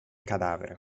cadavere